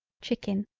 chicken.